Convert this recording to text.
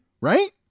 right